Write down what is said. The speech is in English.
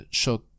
shot